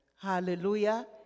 Hallelujah